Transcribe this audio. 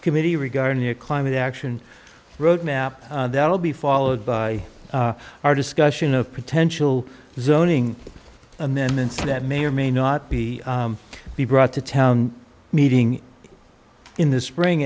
committee regarding a climate action road map that will be followed by our discussion of potential zoning amendments that may or may not be be brought to town meeting in the spring